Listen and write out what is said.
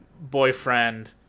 boyfriend